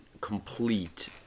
complete